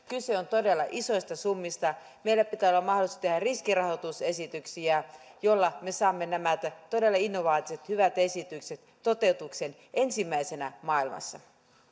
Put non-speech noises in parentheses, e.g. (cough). (unintelligible) kyse on todella isoista summista meillä pitää olla mahdollisuus tehdä riskirahoitusesityksiä joilla me saamme nämä todella innovatiiviset hyvät esitykset toteutukseen ensimmäisenä maailmassa